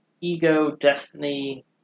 ego-destiny